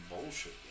bullshit